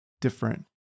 different